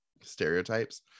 stereotypes